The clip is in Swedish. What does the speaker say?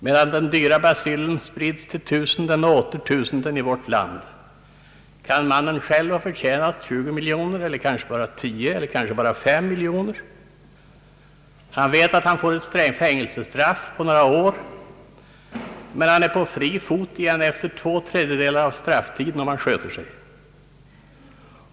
Medan den dyra bacillen sprids till tusenden och åter tusenden i vårt land, kan försäljaren själv ha förtjänat 20 miljoner eller kanske bara 10 eller 5. Han vet att han får ett fängelsestraff på några år men att han är på fri fot igen efter två tredjedelar av strafftiden om han sköter sig.